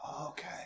Okay